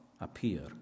appear